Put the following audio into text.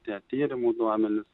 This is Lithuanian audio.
tie tyrimų duomenys